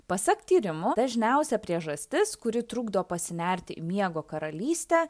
pasak tyrimų dažniausia priežastis kuri trukdo pasinerti į miego karalystę